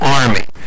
army